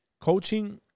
coaching